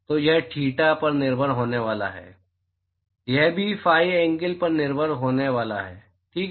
तो यह थीटा पर निर्भर होने वाला है यह भी फाई एंगल पर निर्भर होने वाला है ठीक है